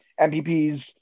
MPPs